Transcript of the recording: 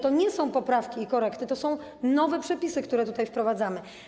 To nie są poprawki i korekty, to są nowe przepisy, które tutaj wprowadzamy.